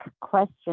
question